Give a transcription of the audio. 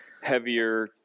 heavier